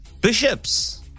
Bishops